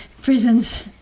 prisons